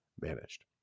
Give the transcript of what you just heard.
managed